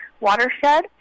Watershed